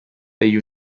degli